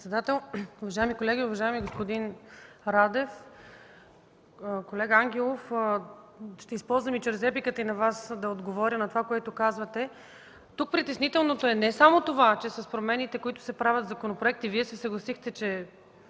председател. Уважаеми колеги! Уважаеми господин Радев, колега Ангелов, ще използвам чрез репликата да отговоря и на Вас на това, което казвате. Тук притеснителното е не само това, че с промените, които се правят в законопроектите Вие се съгласихте, че